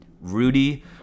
Rudy